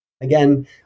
Again